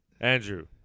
Andrew